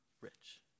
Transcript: rich